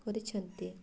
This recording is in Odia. କରିଛନ୍ତି